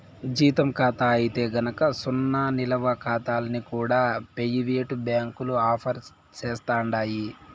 జీతం కాతా అయితే గనక సున్నా నిలవ కాతాల్ని కూడా పెయివేటు బ్యాంకులు ఆఫర్ సేస్తండాయి